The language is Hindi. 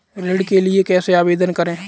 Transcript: ऋण के लिए कैसे आवेदन करें?